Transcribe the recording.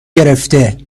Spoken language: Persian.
گرفته